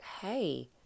hey